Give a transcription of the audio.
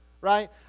right